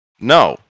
No